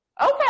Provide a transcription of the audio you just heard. Okay